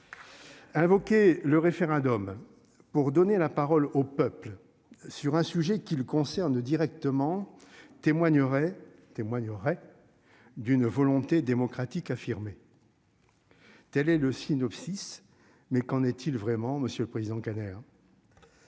Invoquer le référendum pour donner la parole au peuple sur un sujet qui le concerne directement témoignerait témoignerait. D'une volonté démocratique affirmé. Quel est le Synopsis. Mais qu'en est-il vraiment. Monsieur le Président Kader.